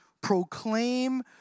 proclaim